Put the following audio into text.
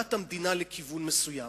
להכוונת המדינה לכיוון מסוים.